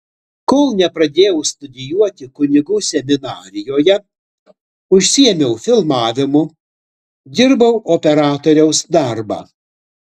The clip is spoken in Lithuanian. kol nepradėjau studijuoti kunigų seminarijoje užsiėmiau filmavimu dirbau operatoriaus darbą